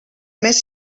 més